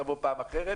תבוא פעם אחרת.